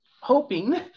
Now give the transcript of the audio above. hoping